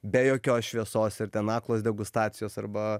be jokios šviesos ir ten aklos degustacijos arba